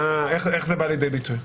איך זה בא לידי ביטוי?